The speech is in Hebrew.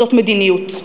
זאת מדיניות.